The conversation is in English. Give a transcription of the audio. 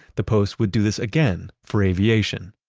the post would do this again for aviation.